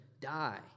die